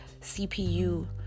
CPU